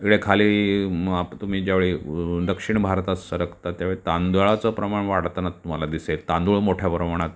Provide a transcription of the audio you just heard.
इकडे खाली मग आता तुम्ही ज्यावेळी दक्षिण भारतात सरकता त्यावेळी तांदळाचं प्रमाण वाढताना तुम्हाला दिसेल तांदूळ मोठ्या प्रमाणात